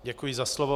Děkuji za slovo.